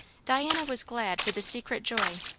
diana was glad with a secret joy,